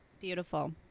Beautiful